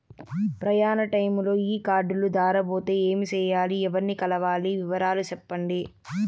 ప్రయాణ టైములో ఈ కార్డులు దారబోతే ఏమి సెయ్యాలి? ఎవర్ని కలవాలి? వివరాలు సెప్పండి?